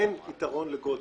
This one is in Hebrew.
אין יתרון לגודל,